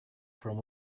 from